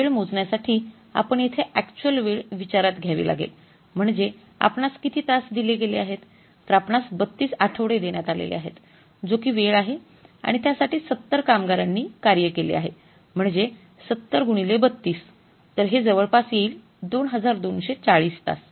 तर वेळ मोजण्यासाठी आपण येथे अक्चुअल वेळ विचारात घ्यावी लागेल म्हणजे आपणास किती तास दिले गेले आहेत तर आपणास ३२ आठवडे देण्यात आलेले आहेत जो कि वेळ आहे आणि त्या साठी ७० कामगारांनी कार्य केले आहे म्हणजे ७० गुणिले ३२ तर हे जवळपास येईल २२४० तास